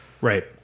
Right